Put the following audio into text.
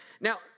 Now